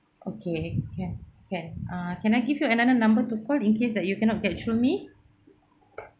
okay can can ah can I give you another number to call in case that you cannot get through me